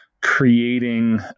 creating